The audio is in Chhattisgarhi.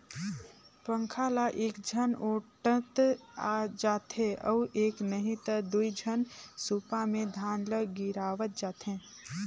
पंखा ल एकझन ओटंत जाथे अउ एक नही त दुई झन सूपा मे धान ल गिरावत जाथें